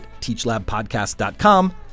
teachlabpodcast.com